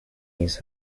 his